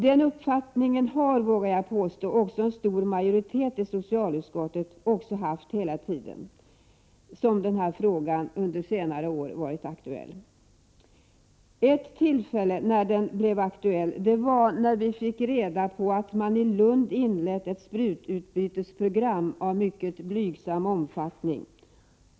Den uppfattningen har — det vågar jag påstå — en stor majoritet i socialutskottet också haft under hela den tid som frågan under senare år har varit aktuell. Ett tillfälle när den blev aktuell var när vi fick reda på att man i Lund hade inlett ett sprututbytesprogram av mycket blygsam omfattning.